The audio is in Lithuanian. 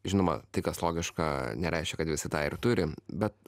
žinoma tai kas logiška nereiškia kad visa tą ir turim bet